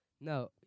No